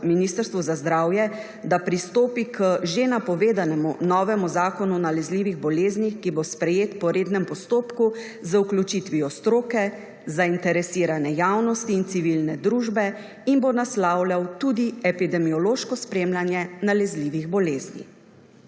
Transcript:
Ministrstvu za zdravje, da pristopi k že napovedanemu novemu zakonu o nalezljivih boleznih, ki bo sprejet po rednem postopku z vključitvijo stroke, zainteresirane javnosti in civilne družbe in bo naslavljal tudi epidemiološko spremljanje nalezljivih bolezni.